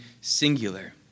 singular